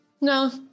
No